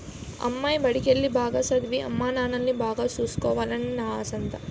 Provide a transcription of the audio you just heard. అమ్మాయి బడికెల్లి, బాగా సదవి, అమ్మానాన్నల్ని బాగా సూసుకోవాలనే నా ఆశంతా